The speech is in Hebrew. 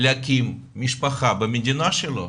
להקים משפחה במדינה שלו.